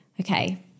okay